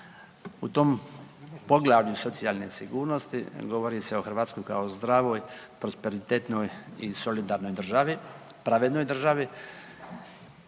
U tom poglavlju socijalne sigurnosti, govori se o Hrvatskoj kao zdravoj, prosperitetnoj i solidarnoj državi, pravednoj državi